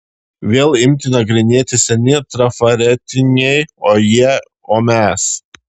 vėl imti nagrinėti seni trafaretiniai o jie o mes